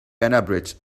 unabridged